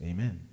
Amen